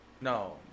No